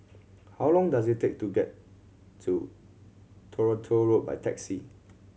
how long does it take to get to Toronto Road by taxi